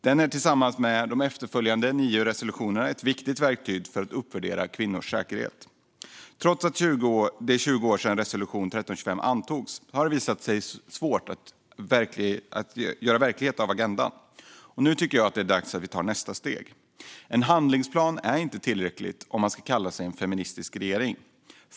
Den är, tillsammans med de efterföljande nio resolutionerna, ett viktigt verktyg för att uppvärdera kvinnors säkerhet. Trots att det är 20 år sedan resolution 1325 antogs har det dock visat sig svårt att göra verklighet av agendan. Nu tycker jag att det är dags att ta nästa steg. En handlingsplan är inte tillräcklig om man ska kalla sig en feministisk regering.